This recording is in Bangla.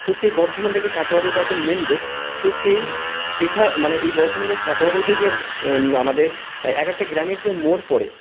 তো সে বর্ধমান থেকে কাটোয়া রোড একটা মেন রোড তো সেই সেখান মানে এই বর্ধমান থেকে কাটোয়া রোডে যে আমাদের এক একটা গ্রামের যে মোড় পড়ে